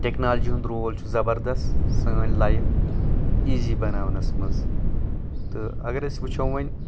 technology ہُنٛد role چھُ زبردست سٲنۍ لایف ایٖزی بناونس منٛز تہٕ اگر أسۍ وٕچھو وۄنۍ